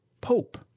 Pope